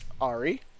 Ari